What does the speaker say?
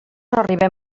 arribem